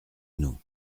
nous